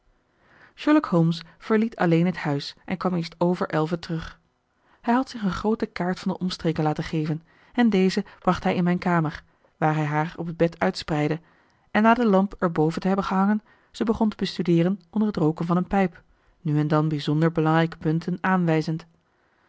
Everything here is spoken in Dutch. sherlock holmes verliet alleen het huis en kwam eerst over elven terug hij had zich een groote kaart van de omstreken laten geven en deze bracht hij in mijn kamer waar hij haar op het bed uitspreidde en na de lamp er boven te hebben gehangen ze begon te bestudeeren onder het rooken van een pijp nu en dan bijzonder belangrijke punten aanwijzend